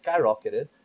skyrocketed